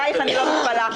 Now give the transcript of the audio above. עליך אני לא מתפלאת,